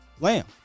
Lamb